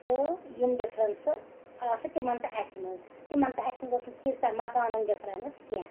تہٕ یِم ڈِفرَنسہٕ آسہٕ تِمَن تہٕ اَسہِ منٛز تِمَن تہِ اَسہِ منٛز ٲس نہٕ تیٖژاہ مَکانَن ڈِفرَنٕس کینٛہہ